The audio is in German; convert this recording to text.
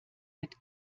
mit